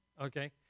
Okay